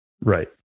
Right